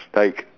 like